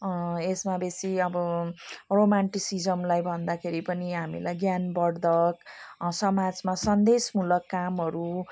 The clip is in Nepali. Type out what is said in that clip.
यसमा बेसी अब रोमान्टिसिजमलाई भन्दाखेरि पनि हामीलाई ज्ञानवर्धक समाजमा सन्देशमूलक कामहरू